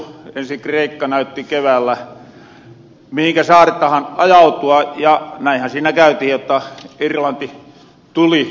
ensin kreikka näytti keväällä mihinkä saatetahan ajautua ja näinhän siinä kävi jotta irlanti tuli peräs